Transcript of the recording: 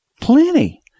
plenty